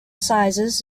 sizes